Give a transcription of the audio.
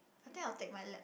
I think I'll take my lap